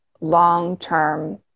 long-term